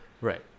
Right